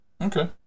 Okay